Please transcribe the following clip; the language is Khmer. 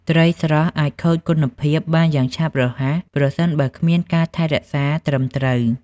ត្រីស្រស់អាចខូចគុណភាពបានយ៉ាងឆាប់រហ័សប្រសិនបើគ្មានការថែរក្សាត្រឹមត្រូវ។